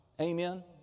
Amen